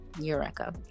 eureka